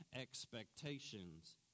expectations